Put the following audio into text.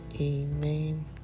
Amen